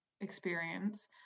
experience